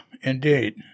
indeed